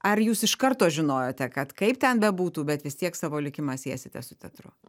ar jūs iš karto žinojote kad kaip ten bebūtų bet vis tiek savo likimą siesite su teatru